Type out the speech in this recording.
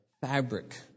fabric